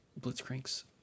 blitzcrank's